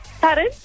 Pardon